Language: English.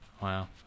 Wow